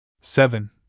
seven